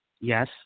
Yes